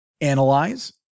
analyze